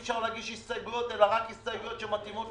אפשר להגיש הסתייגויות אלא רק הסתייגויות שמתאימות